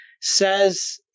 says